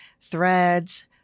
threads